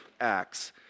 Acts